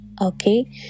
okay